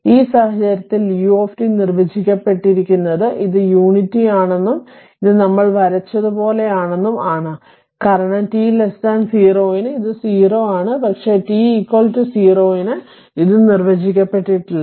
അതിനാൽ ഈ സാഹചര്യത്തിൽ u നിർവചിച്ചിരിക്കുന്നത് ഇത് യൂണിറ്റി ആണെന്നും ഇത് നമ്മൾ വരച്ചതുപോലെയാണെന്നും ആണ് കാരണം t 0 ന് ഇത് 0 ആണ് പക്ഷേ ടി 0 ന് ഇത് നിർവചിക്കപ്പെട്ടിട്ടില്ല